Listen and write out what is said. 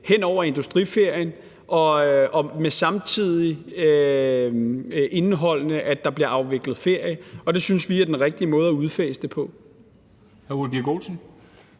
hen over industriferien, og samtidig indeholder det, at der bliver afviklet ferie. Det synes vi er den rigtige måde at udfase det på.